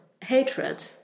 hatred